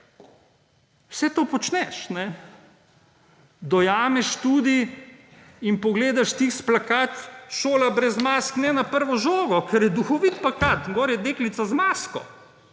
Vse to počneš. Dojameš tudi in pogledaš tisti plakat »Šola brez mask«, ne na prvo žogo, ker je duhovit plakat, gor je deklica z masko.